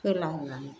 होलाबायनानै